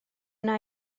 wna